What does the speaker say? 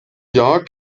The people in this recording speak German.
jahr